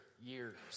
years